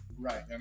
Right